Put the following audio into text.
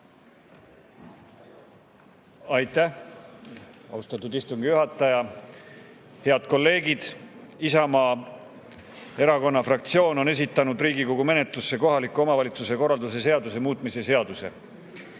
Aitäh, austatud istungi juhataja! Head kolleegid! Isamaa Erakonna fraktsioon on esitanud Riigikogu menetlusse kohaliku omavalitsuse korralduse seaduse muutmise seaduse